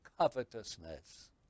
covetousness